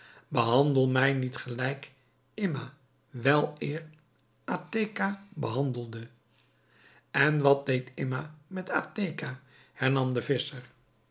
behandel mij niet gelijk imma weleer ateca behandelde en wat deed imma met ateca hernam de